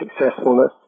successfulness